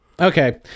okay